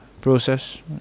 process